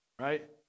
right